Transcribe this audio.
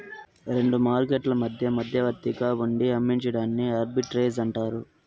రెండు మార్కెట్లు మధ్య మధ్యవర్తిగా ఉండి అమ్మించడాన్ని ఆర్బిట్రేజ్ అంటారు